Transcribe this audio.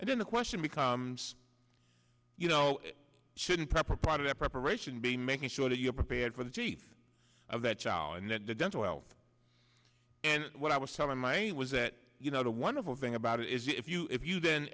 and then the question becomes you know shouldn't proper part of the preparation be making sure that you're prepared for the chief of that child and then the dental health and what i was telling my was that you know the wonderful thing about it is if you if you then